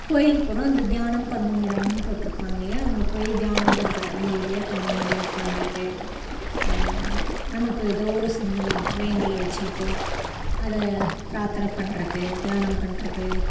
கோயிலுக்கு போனால் அந்த தியானம் பண்ணும் இடம்ன்னு போட்டுருப்பாங்கல்லையா அங்கே போய் தியானம் பண்ணுறது அமைதியாக கண்ணை மூடி உக்காந்துட்டு நமக்கு ஏதோ ஒரு சிந்தனை மைண்டில் வச்சுக்கிட்டு அதை பிரார்தன பண்ணுறது தியானம் பண்ணுறது